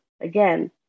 Again